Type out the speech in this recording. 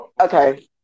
Okay